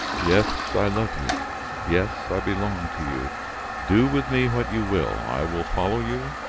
yes, i love you yes, i belong to you do with me what you will. i will follow you,